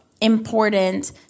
important